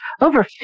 over